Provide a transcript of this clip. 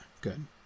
good